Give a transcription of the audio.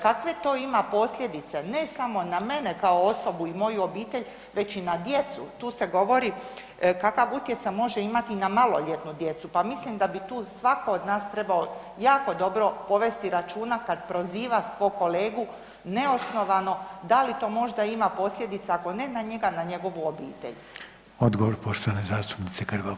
Kakve to ima posljedice ne samo na mene kao osobu i moju obitelj već i na djecu, tu se govori kakav utjecaj može imati na maloljetnu djecu, pa mislim da bi tu svako od nas trebao jako dobro povesti računa kad proziva svog kolegu neosnovano da li to možda ima posljedica ako ne na njega na njegovu obitelj.